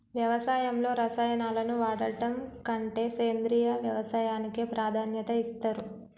వ్యవసాయంలో రసాయనాలను వాడడం కంటే సేంద్రియ వ్యవసాయానికే ప్రాధాన్యత ఇస్తరు